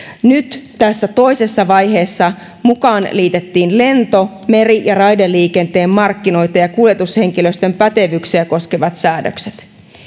nyt tässä toisessa vaiheessa mukaan liitettiin lento meri ja raideliikenteen markkinoita ja kuljetushenkilöstön pätevyyksiä koskevat säädökset